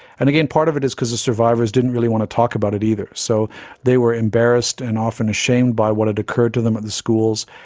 and again, part of it is because the survivors didn't really want to talk about it either. so they were embarrassed and often ashamed by what had occurred to them at the schools.